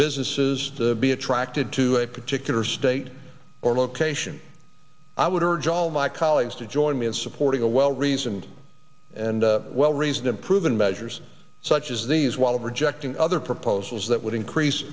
businesses to be attracted to a particular state or location i would urge all my colleagues to join me in supporting a well reasoned and well reasoned and proven measures such as these while rejecting other proposals that would increase